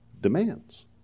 demands